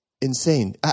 Insane